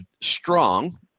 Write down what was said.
strong